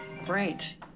Great